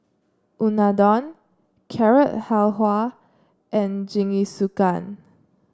Unadon Carrot Halwa and Jingisukan